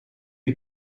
les